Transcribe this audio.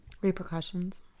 Repercussions